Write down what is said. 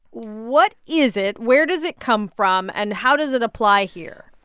what is it? where does it come from? and how does it apply here?